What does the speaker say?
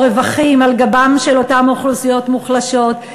רווחים על גבן של אותן אוכלוסיות מוחלשות.